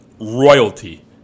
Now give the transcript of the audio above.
royalty